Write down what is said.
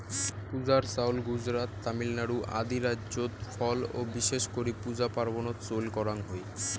পূজার চাউল গুজরাত, তামিলনাড়ু আদি রাইজ্যত ফল ও বিশেষ করি পূজা পার্বনত চইল করাঙ হই